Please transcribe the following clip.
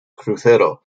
crucero